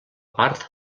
part